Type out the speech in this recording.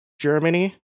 Germany